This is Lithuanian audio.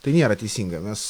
tai nėra teisinga nes